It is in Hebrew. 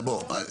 בוא.